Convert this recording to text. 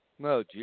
No